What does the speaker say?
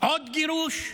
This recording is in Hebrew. עוד גירוש.